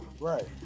right